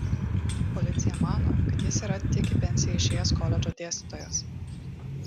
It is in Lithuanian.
policija mano kad jis yra tik į pensiją išėjęs koledžo dėstytojas